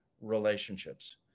relationships